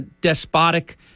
despotic